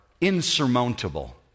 insurmountable